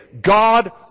God